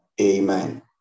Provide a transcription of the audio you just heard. amen